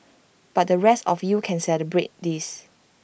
but the rest of you can celebrate this